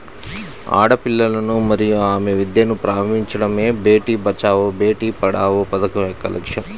ఆడపిల్లలను మరియు ఆమె విద్యను ప్రారంభించడమే బేటీ బచావో బేటి పడావో పథకం యొక్క లక్ష్యం